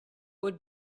would